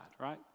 right